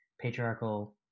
patriarchal